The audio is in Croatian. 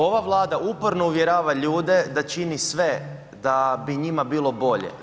Ova Vlada uporno uvjerava ljude da čini sve da bi njima bilo bolje.